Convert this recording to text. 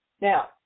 now